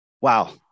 wow